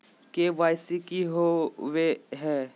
KYC की होबो है?